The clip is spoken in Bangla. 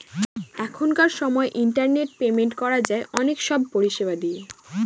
এখনকার সময় ইন্টারনেট পেমেন্ট করা যায় অনেক সব পরিষেবা দিয়ে